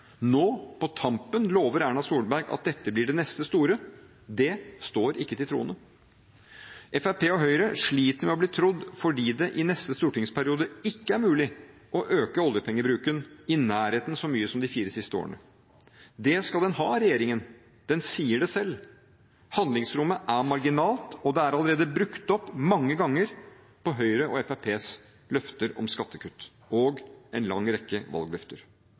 Nå, på tampen, lover Erna Solberg at dette blir det neste store. Det står ikke til troende. Fremskrittspartiet og Høyre sliter med å bli trodd fordi det i neste stortingsperiode ikke er mulig å øke oljepengebruken i nærheten av så mye som de fire siste årene. Det skal regjeringen ha: Den sier det selv. Handlingsrommet er marginalt. Og det er allerede brukt opp mange ganger på Høyre og Fremskrittspartiets løfter om skattekutt og en lang rekke valgløfter.